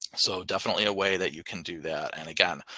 so definitely a way that you can do that. and again,